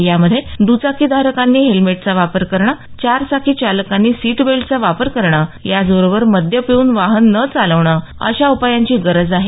यामध्ये द्चाकी धारकांनी हेल्मेटचा वापर करणं चार चाकी चालकांनी सीट बेल्टचा वापर करणं याच बरोबर मद्य पिऊन वाहन न चालवणं अशा उपायांची गरज आहे